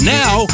now